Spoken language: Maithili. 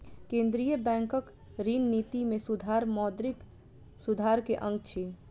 केंद्रीय बैंकक ऋण निति में सुधार मौद्रिक सुधार के अंग अछि